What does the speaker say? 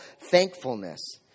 thankfulness